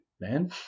man